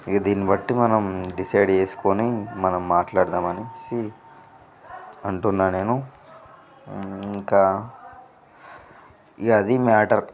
ఇక దీనిబట్టి మనం డిసైడ్ చేసుకొని మనం మాట్లాడుదామనేసి అంటున్నా నేను ఇంకా ఇగ అది మ్యాటర్